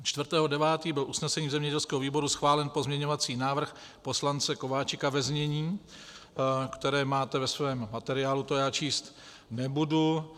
4. 9. byl usnesením zemědělského výboru schválen pozměňovací návrh poslance Kováčika ve znění, které máte ve svém materiálu to já číst nebudu.